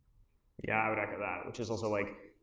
yeah, i would echo that which is also like,